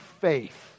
faith